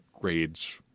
grades